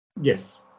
yes